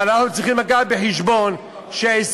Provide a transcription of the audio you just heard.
אבל אנחנו צריכים להביא בחשבון ש-20